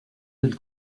del